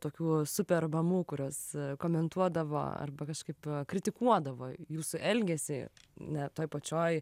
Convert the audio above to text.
tokių super mamų kurios komentuodavo arba kažkaip kritikuodavo jūsų elgesį na toj pačioj